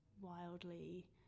wildly